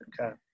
Okay